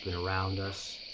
and around us,